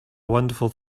wonderful